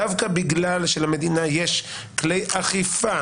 דווקא בגלל שלמדינה יש כלי אכיפה